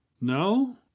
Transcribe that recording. No